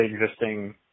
existing